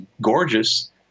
gorgeous